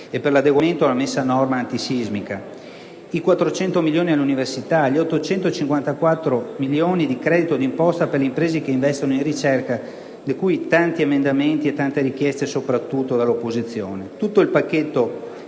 l'adeguamento e la messa a norma antisismica, nonché i 400 milioni all'università, gli 854 milioni di credito d'imposta per le imprese che investono in ricerca, su cui tanti emendamenti e tante richieste soprattutto dall'opposizione. Vi è poi tutto il pacchetto